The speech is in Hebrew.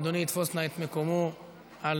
והיא עוברת להמשך דיון והכנה בוועדת